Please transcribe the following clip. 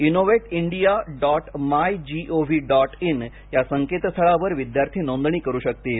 Innovate India dot MyGov dot in या संकेतस्थळावर विद्यार्थी नोंदणी करु शकतील